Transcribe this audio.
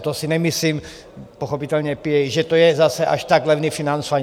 To si nemyslím, pochopitelně, že to je zase až tak levné financování.